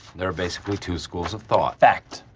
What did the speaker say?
there are basically two schools of thought. fact,